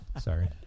Sorry